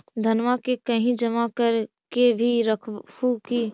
धनमा के कहिं जमा कर के भी रख हू की?